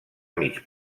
mig